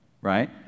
right